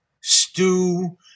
stew